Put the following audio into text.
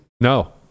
No